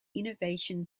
innovation